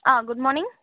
ஆ good morning